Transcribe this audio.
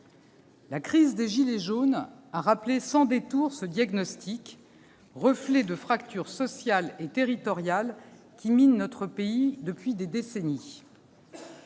La crise des « gilets jaunes » a rappelé sans détour ce diagnostic, reflet des fractures sociales et territoriales qui minent notre pays depuis des décennies.